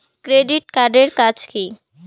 Credit card এর কাজ কি?